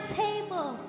table